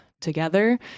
together